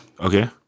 Okay